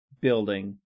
building